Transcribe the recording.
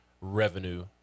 revenue